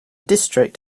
district